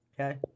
Okay